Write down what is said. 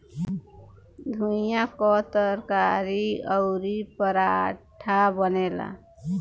घुईया कअ तरकारी अउरी पराठा बनेला